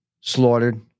slaughtered